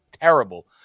terrible